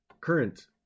current